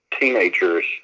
teenagers